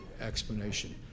explanation